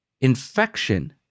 infection